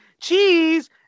cheese